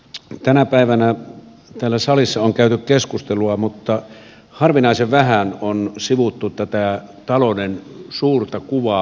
tänä päivänä täällä salissa on käyty keskustelua mutta harvinaisen vähän on sivuttu tätä talouden suurta kuvaa